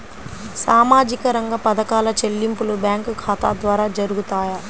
సామాజిక రంగ పథకాల చెల్లింపులు బ్యాంకు ఖాతా ద్వార జరుగుతాయా?